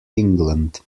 england